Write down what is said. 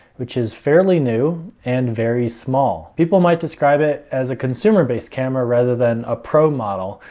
which is fairly new and very small. people might describe it as a consumer-based camera rather than a pro model,